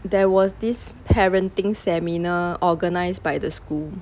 there was this parenting seminar organized by the school